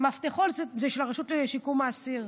מפתחות זה של הרשות לשיקום האסיר.